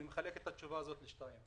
אני מחלק את התשובה לשניים.